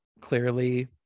clearly